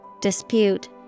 dispute